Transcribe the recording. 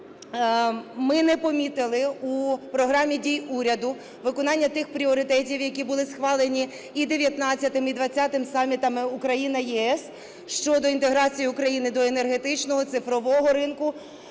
ми не помітили у Програмі дій уряду виконання тих пріоритетів, які були схвалені і 19-м, і 20-м самітами Україна – ЄС щодо інтеграції України до енергетичного, цифрового ринку